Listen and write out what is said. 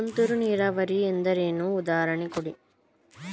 ತುಂತುರು ನೀರಾವರಿ ಎಂದರೇನು, ಉದಾಹರಣೆ ಕೊಡಿ?